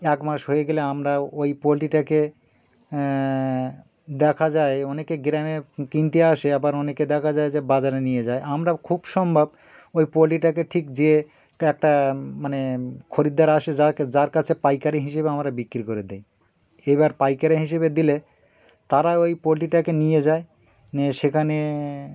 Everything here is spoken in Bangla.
এক মাস হয়ে গেলে আমরা ওই পোলট্রিটাকে দেখা যায় অনেকে গ্রামে কিনতে আসে আবার অনেকে দেখা যায় যে বাজারে নিয়ে যায় আমরা খুব সম্ভব ওই পোলট্রিটাকে ঠিক যে একটা মানে খরিদ্দার আসে যাকে যার কাছে পাইকারি হিসেবে আমরা বিক্রি করে দিই এবার পাইকারি হিসেবে দিলে তারা ওই পোলট্রিটাকে নিয়ে যায় নিয়ে সেখানে